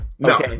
No